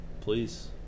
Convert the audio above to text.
please